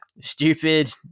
Stupid